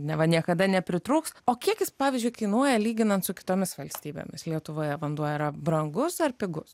neva niekada nepritrūks o kiek jis pavyzdžiui kainuoja lyginant su kitomis valstybėmis lietuvoje vanduo yra brangus ar pigus